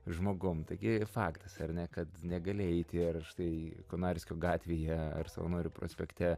žmogum taigi faktas ar ne kad negali eit ir štai konarskio gatvėje ar savanorių prospekte